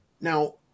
Now